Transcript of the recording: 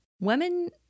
Women